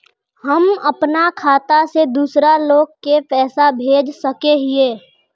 हम अपना खाता से दूसरा लोग के पैसा भेज सके हिये?